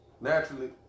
naturally